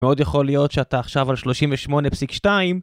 מאוד יכול להיות שאתה עכשיו על 38 פסיק 2